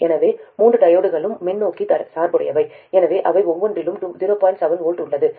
எனவே மூன்று டையோட்களும் முன்னோக்கி சார்புடையவை எனவே அவை ஒவ்வொன்றிலும் 0